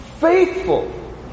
faithful